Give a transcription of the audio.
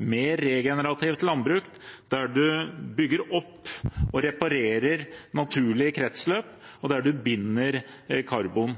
mer regenerativt landbruk, der en bygger opp og reparerer naturlige kretsløp, og der en binder karbon.